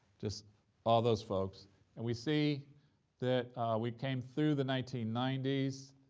just all those folks and we see that we came through the nineteen ninety s,